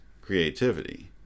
creativity